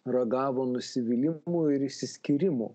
ragavo nusivylimų ir išsiskyrimų